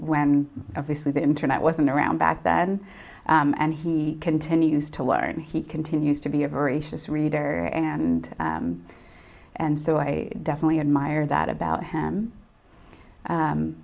when obviously the internet wasn't around back then and he continues to learn he continues to be a voracious reader and and so i definitely admire that about him